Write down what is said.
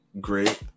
Great